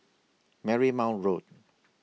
Marymount Road